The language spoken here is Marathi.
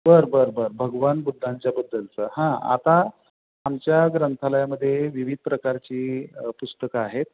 बरं बरं बरं भगवान बुद्धांच्या बद्दलचं हां आता आमच्या ग्रंथालयामध्ये विविध प्रकारची पुस्तकं आहेत